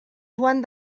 joan